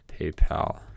PayPal